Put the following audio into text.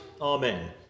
Amen